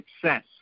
success